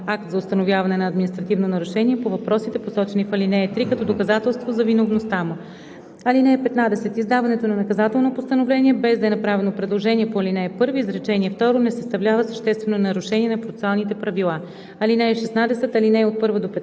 акт за установяване на административно нарушение, по въпросите, посочени в ал. 3, като доказателство за виновността му. (15) Издаването на наказателно постановление, без да е направено предложение по ал. 1, изречение второ не съставлява съществено нарушение на процесуалните правила. (16) Алинеи 1 – 15